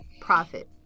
profit